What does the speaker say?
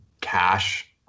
cash